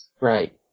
Right